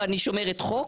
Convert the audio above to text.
ואני שומרת חוק,